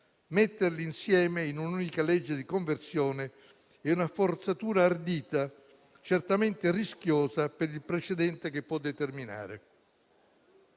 Metterli insieme in un'unica legge di conversione è una forzatura ardita, certamente rischiosa per il precedente che può determinare.